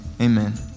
amen